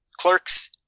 Clerks